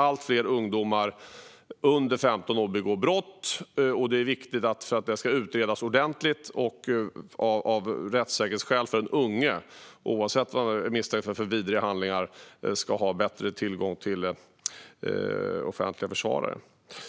Allt fler ungdomar under 15 år begår brott. Det är viktigt att det utreds ordentligt, och av rättssäkerhetsskäl ska den unge ha bättre tillgång till offentliga försvarare, oavsett